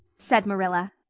said marilla,